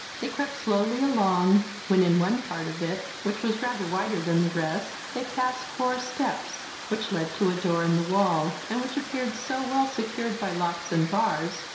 they crept slowly along, when, in one part of it, which was rather wider than the rest, they passed four steps, which led to a door in the wall, and which appeared so well secured by locks and bars,